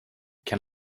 can